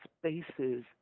spaces